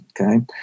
Okay